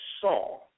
saw